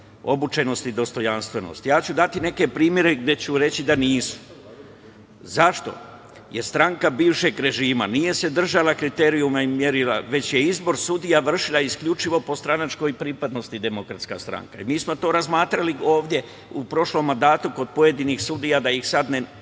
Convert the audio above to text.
obučenost i dostojanstvenost? Ja ću dati neke primere gde ću reći da nisu. Zašto? Stranka bivšeg režima se nije držala kriterijuma i merila, već je izbor sudija vršila isključivo po stranačkoj pripadnosti, Demokratska stranka. Mi smo to razmatrali ovde u prošlom mandatu kod pojedinih sudija, da ih sada ne